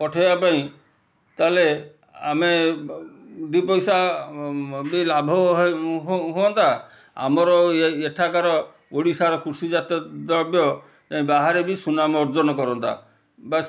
ପଠାଇବାପାଇଁ ତାହେଲେ ଆମେ ଦୁଇ ପଇସା ବି ଲାଭ ହୁଅନ୍ତା ଆମର ଏଠାକାର ଓଡ଼ିଶାର କୃଷିଜାତ ଦ୍ରବ୍ୟ ବାହାରେ ବି ସୁନାମ ଅର୍ଜନ କରନ୍ତା ବାସ୍